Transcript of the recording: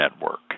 network